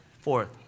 Fourth